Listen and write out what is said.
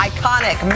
Iconic